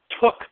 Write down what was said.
took